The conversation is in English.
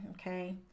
okay